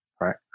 right